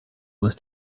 was